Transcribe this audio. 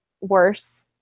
worse